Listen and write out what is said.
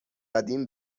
قدیم